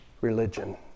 Religion